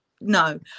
no